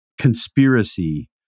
conspiracy